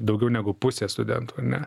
daugiau negu pusę studentų ar ne